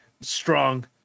strong